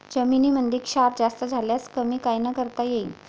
जमीनीमंदी क्षार जास्त झाल्यास ते कमी कायनं करता येईन?